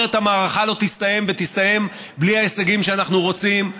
אחרת המערכה לא תסתיים ותסתיים בלי ההישגים שאנחנו רוצים,